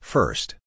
First